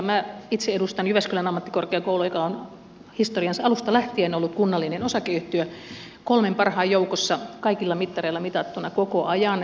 minä itse edustan jyväskylän ammattikorkeakoulua joka on historiansa alusta lähtien ollut kunnallinen osakeyhtiö kolmen parhaan joukossa kaikilla mittareilla mitattuna koko ajan